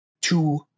two